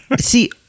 See